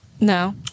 No